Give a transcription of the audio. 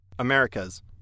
Americas